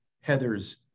Heather's